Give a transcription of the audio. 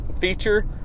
feature